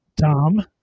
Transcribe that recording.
Tom